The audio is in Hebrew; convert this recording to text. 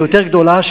הגדולה יותר,